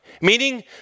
meaning